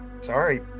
Sorry